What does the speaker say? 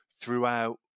throughout